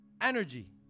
Energy